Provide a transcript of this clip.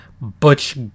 Butch